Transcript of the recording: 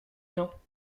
gens